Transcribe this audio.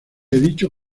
dicho